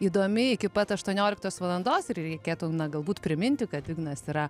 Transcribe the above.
įdomi iki pat aštuonioliktos valandos ir reikėtų na galbūt priminti kad ignas yra